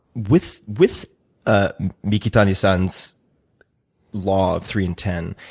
with with ah mikitani-son's law of three and ten,